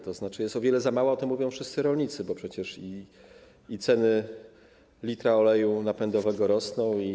To znaczy jest o wiele za mała i to mówią wszyscy rolnicy, bo przecież i cena litra oleju napędowego rośnie.